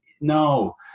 No